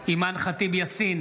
אימאן ח'טיב יאסין,